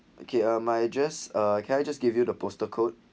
okay uh my just uh can I just give you the postal code